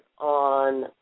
on